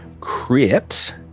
crit